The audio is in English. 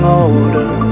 older